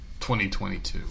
2022